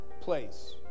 place